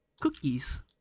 cookies